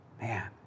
Man